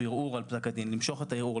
ערעור על פסק הדין למשוך את הערעור,